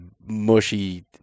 mushy